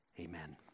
Amen